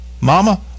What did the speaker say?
Mama